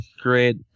Great